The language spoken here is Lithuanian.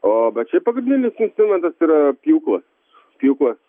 o bet šiaip pagrindinis instrumentas yra pjūklas pjūklas